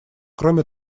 кроме